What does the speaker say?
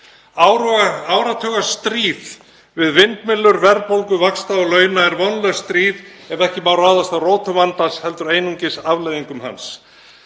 Áratugastríð við vindmyllur verðbólgu, vaxta og launa er vonlaust stríð ef ekki má ráðast að rótum vandans heldur einungis afleiðingum hans.